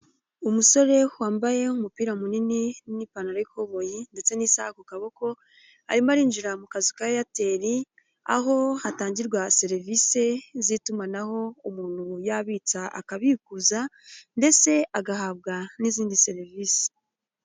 Umusore wambaye umupira munini n'ipantaro y'ikoboyi ndetse n'isaha ku kaboko, arimo arinjira mu kazi ka eyateli aho hatangirwa serivisi z'itumanaho, umuntu yabitsa akabikuza ndetse agahabwa n'izindi serivisi.